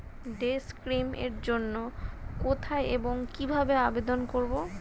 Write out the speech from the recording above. Day scheme এর জন্য কোথায় এবং কিভাবে আবেদন করব?